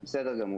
בסדר גמור.